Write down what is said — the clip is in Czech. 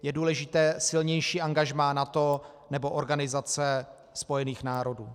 Je důležité silnější angažmá NATO nebo Organizace spojených národů.